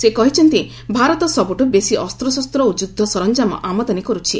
ସେ କହିଛନ୍ତି ଭାରତ ସବୁଠୁ ବେଶି ଅସ୍ତଶସ୍ତ ଓ ଯୁଦ୍ଧ ସରଞ୍ଜାମ ଆମଦାନୀ କରୁଛି